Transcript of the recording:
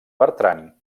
bertran